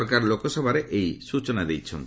ସରକାର ଲୋକସଭାରେ ଏହି ସ୍ବଚନା ଦେଇଛନ୍ତି